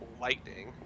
Lightning